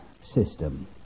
system